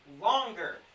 longer